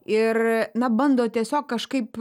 ir na bando tiesiog kažkaip